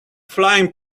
flying